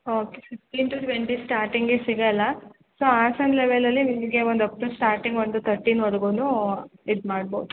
okay fifteen to twenty ಸ್ಟಾರ್ಟಿಂಗಿಗೆ ಸಿಗೋಲ್ಲ so Hassan ಲೆವೆಲ್ಲಲ್ಲಿ ನಿಮಗೆ ಒಂದು ಅಪ್ ಟು ಸ್ಟಾರ್ಟಿಂಗ್ ಒಂದು ತರ್ಟೀನ್ವರ್ಗೂ ಇದು ಮಾಡ್ಬೌದು